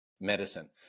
medicine